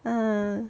ah